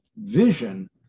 vision